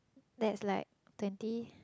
that's like twenty